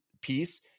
piece